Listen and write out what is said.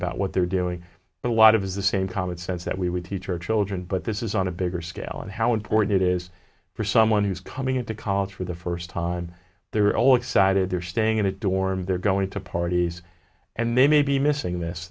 about what they're doing but a lot of is the same common sense that we would teach our children but this is on a bigger scale and how important it is for someone who's coming into college for the first time they're all excited they're staying in a dorm they're going to parties and they may be missing this